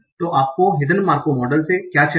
तो आपको hidden Markov model से क्या चाहिए